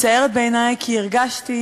מצערת בעיני, כי הרגשתי